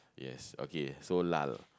yes okay so lah